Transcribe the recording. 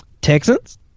Texans